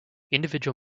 individual